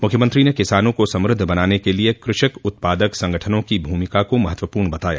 मुख्यमंत्री ने किसानों को समृद्ध बनाने के लिए कृषक उत्पादक संगठनों की भूमिका को महत्वपूर्ण बताया